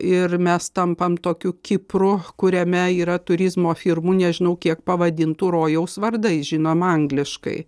ir mes tampam tokiu kipro kuriame yra turizmo firmų nežinau kiek pavadintų rojaus vardais žinoma angliškai